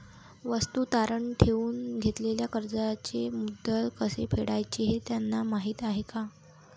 वस्तू तारण ठेवून घेतलेल्या कर्जाचे मुद्दल कसे फेडायचे हे त्यांना माहीत आहे का?